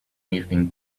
evening